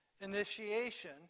initiation